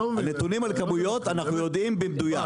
הנתונים על כמויות אנחנו יודעים במדויק.